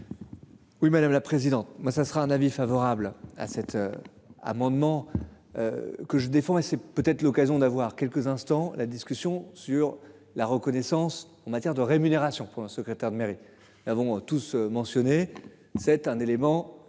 Oui madame la présidente, moi ça sera un avis favorable à cet. Amendement. Que je défends et c'est peut être l'occasion d'avoir quelques instants la discussion sur la reconnaissance en matière de rémunération. Pour la secrétaire de mairie avant tout ceux mentionnés. C'est un élément